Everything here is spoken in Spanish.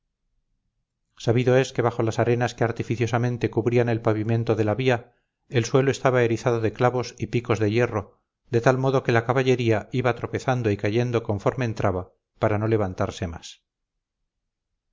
sabido es que bajo las arenas que artificiosamente cubrían el pavimento de la vía el suelo estaba erizado de clavos y picos de hierro de tal modo que la caballería iba tropezando y cayendo conforme entraba para no levantarse más